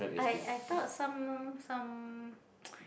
I I thought some more some